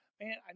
man